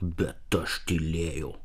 bet aš tylėjau